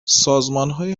سازمانهایی